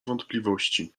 wątpliwości